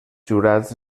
jurats